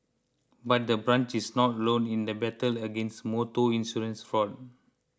but the branch is not alone in the battle against motor insurance fraud